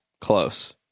Close